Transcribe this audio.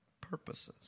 purposes